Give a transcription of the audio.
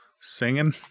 Singing